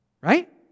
Right